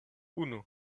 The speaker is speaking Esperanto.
unu